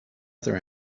other